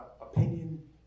opinion